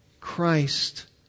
Christ